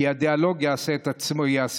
כי הדיאלוג יעשה את שלו.